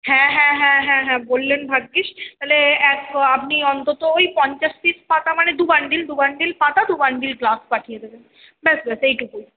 হ্যাঁ হ্যাঁ হ্যাঁ হ্যাঁ হ্যাঁ বললেন ভাগ্যিস তাহলে এক আপনি অন্তত ওই পঞ্চাশ পিস পাতা মানে দু বান্ডিল দু বান্ডিল পাতা দু বান্ডিল গ্লাস পাঠিয়ে দেবেন ব্যাস ব্যাস এইটুকুই